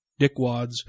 dickwads